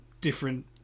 different